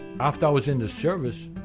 after i was in the service,